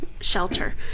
shelter